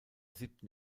siebten